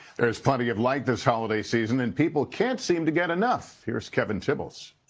there's plenty of light this holiday season and people can't seem to get enough. here's kevin tibbles.